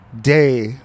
day